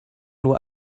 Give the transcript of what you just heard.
nur